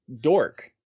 dork